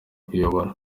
kuyobora